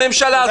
הממשלה הזאת,